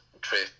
trip